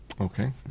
Okay